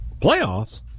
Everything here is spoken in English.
Playoffs